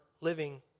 living